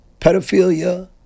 pedophilia